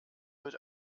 wird